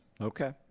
Okay